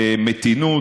למתינות.